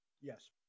Yes